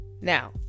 Now